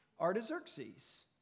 Artaxerxes